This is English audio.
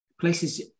places